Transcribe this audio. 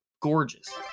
Gorgeous